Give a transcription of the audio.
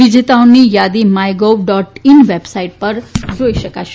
વિજેતાઓની યાદી my gov dot in website પર જોઇ શકાશે